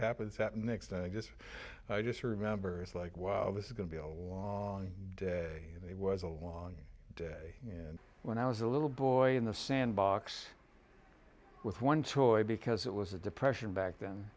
happens next i guess i just remember it's like wow this is going to be a long day and it was a long day and when i was a little boy in the sandbox with one toy because it was a depression back then